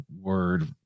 word